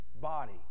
body